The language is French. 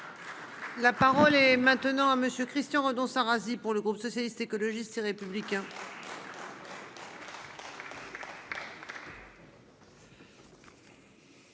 La parole est maintenant à monsieur Christian renonce Arazi pour le groupe socialiste, écologiste et républicain.